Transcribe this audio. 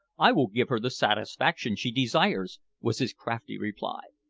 i will give her the satisfaction she desires, was his crafty reply.